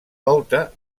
volta